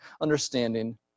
understanding